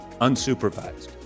unsupervised